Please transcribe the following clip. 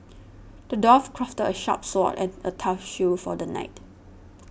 the dwarf crafted a sharp sword and a tough shield for the knight